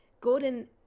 Gordon